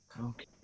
Okay